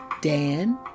dan